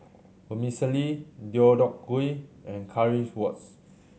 Vermicelli Deodeok Gui and Currywurst